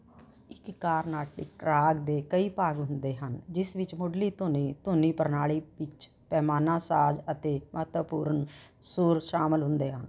ਇੱਕ ਕਾਰਨਾਟਿਕ ਰਾਗ ਦੇ ਕਈ ਭਾਗ ਹੁੰਦੇ ਹਨ ਜਿਸ ਵਿੱਚ ਮੁੱਢਲੀ ਧੁਨੀ ਧੁਨੀ ਪ੍ਰਣਾਲੀ ਪਿੱਚ ਪੈਮਾਨਾ ਸਾਜ ਅਤੇ ਮਹੱਤਵਪੂਰਨ ਸੁਰ ਸ਼ਾਮਲ ਹੁੰਦੇ ਆ